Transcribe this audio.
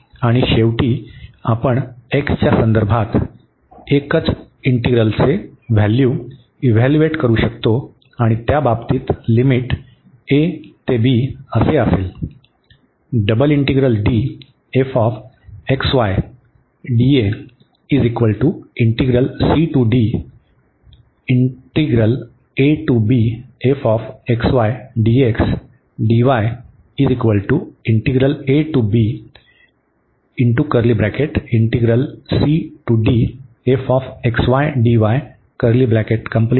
आणि शेवटी आपण x च्या संदर्भात सिंगल इंटीग्रलची व्हॅल्यू इव्हॅल्युएट करू शकतो आणि त्या बाबतीत लिमिट a टू b असेल